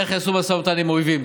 איך יעשו משא ומתן עם אויבים,